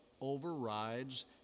overrides